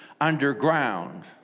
underground